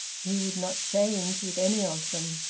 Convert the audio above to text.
he would not change with any of them.